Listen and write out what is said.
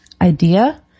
idea